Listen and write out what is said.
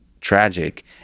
tragic